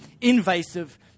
invasive